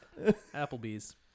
Applebee's